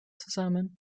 zusammen